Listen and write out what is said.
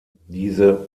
diese